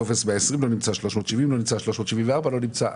טופס 120 לא נמצא, 370 לא נמצא, 374 לא נמצא.